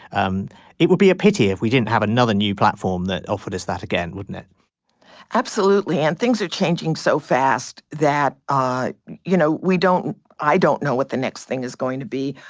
um it would be a pity if we didn't have another new platform that offered us that again wouldn't it absolutely and things are changing so fast that you know we don't i don't know what the next thing is going to be.